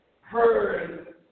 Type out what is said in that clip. heard